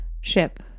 ship